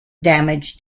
damage